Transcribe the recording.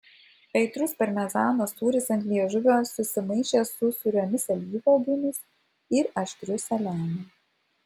aitrus parmezano sūris ant liežuvio susimaišė su sūriomis alyvuogėmis ir aštriu saliamiu